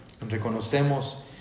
reconocemos